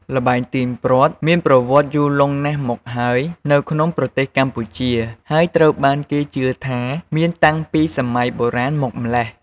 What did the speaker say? ល្បែងទាញព្រ័ត្រមានប្រវត្តិយូរលង់ណាស់មកហើយនៅក្នុងប្រទេសកម្ពុជា ហើយត្រូវបានគេជឿថាមានតាំងពីសម័យបុរាណមកម្ល៉េះ។